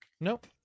Nope